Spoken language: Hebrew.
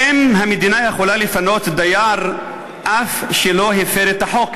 האם המדינה יכולה לפנות דייר אף שלא הפר את החוק,